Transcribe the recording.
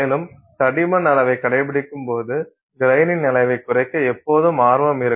மேலும் தடிமன் அளவை கடைப்பிடிக்கும் போது கிரைனின் அளவைக் குறைக்க எப்போதும் ஆர்வம் இருக்கும்